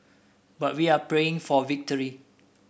but we are praying for victory